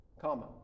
comma